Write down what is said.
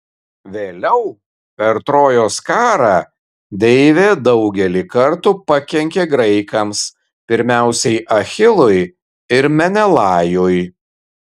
vėliau per trojos karą deivė daugelį kartų pakenkė graikams pirmiausiai achilui ir menelajui